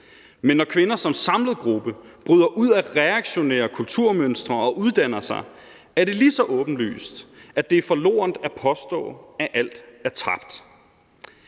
men når kvinder som samlet gruppe bryder ud af reaktionære kulturmønstre og uddanner sig, er det lige så åbenlyst, at det er forlorent at påstå, at alt er tabt.